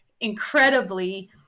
incredibly